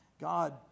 God